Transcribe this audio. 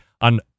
on